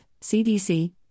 CDC